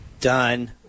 Done